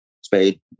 Spade